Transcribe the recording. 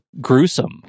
gruesome